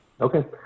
Okay